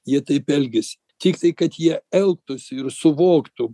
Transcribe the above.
jie taip elgiasi tiktai kad jie elgtųsi ir suvoktų